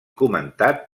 comentat